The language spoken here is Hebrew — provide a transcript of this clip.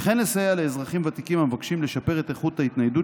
וכן לסייע לאזרחים ותיקים המבקשים לשפר את ההתניידות